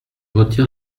retire